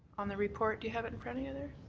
on the report, do you have it in front of and